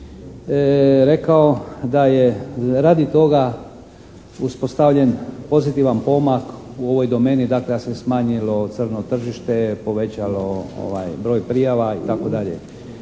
rekao da je radi toga uspostavljen pozitivan pomak u ovoj domeni, dakle da se smanjilo crno tržište, povećalo broj prijava itd.